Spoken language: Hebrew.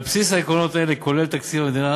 על בסיס העקרונות האלה כולל תקציב המדינה